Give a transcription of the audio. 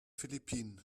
philippinen